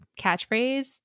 catchphrase